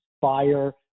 fire